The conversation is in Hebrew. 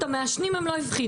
את המעשנים הם לא הפחידו.